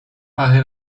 pachy